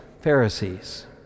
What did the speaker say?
Pharisees